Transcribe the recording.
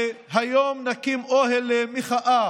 והיום נקים אוהל מחאה